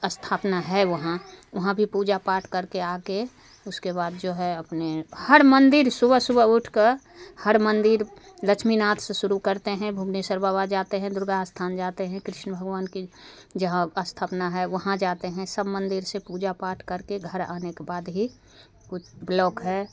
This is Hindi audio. स्थापना है वहाँ वहाँ भी पूजा पाठ करके आ कर उसके बाद जो है अपने हर मंदिर सुबह सुबह उठ कर हर मंदिर लक्ष्मीनाथ से शुरू करते हैं भुवनेश्वर बाबा जाते हैं दुर्गा स्थान जाते हैं कृष्ण भगवान की जहाँ का स्थापना है वहाँ जाते हैं सब मंदिर से पूजा पाठ करके घर आने के बाद ही कु ब्लॉक है